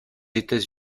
états